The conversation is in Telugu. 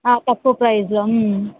ఆ తక్కువ ప్రైజ్లో